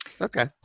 Okay